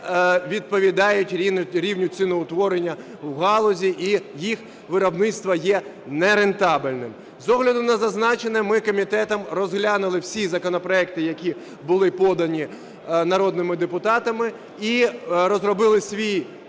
відповідають рівню ціноутворення в галузі і їх виробництво є не рентабельним. З огляду на зазначене, ми комітетом розгляну всі законопроекти, які були подані народними депутатами, і розробили свій